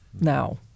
now